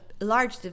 large